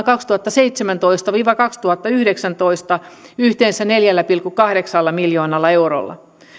kaksituhattaseitsemäntoista viiva kaksituhattayhdeksäntoista yhteensä neljällä pilkku kahdeksalla miljoonalla eurolla